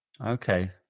Okay